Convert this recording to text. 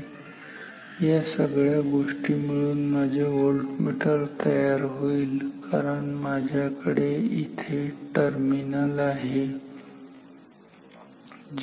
तर या सगळ्या गोष्टी मिळून माझे व्होल्टमीटर तयार होईल कारण माझ्याकडे इथे हे टर्मिनल आहे